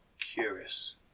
curious